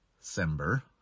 December